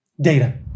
data